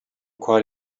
quite